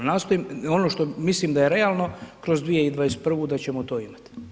Nastojim, ono što mislim da je realno, kroz 2021. da ćemo to imati.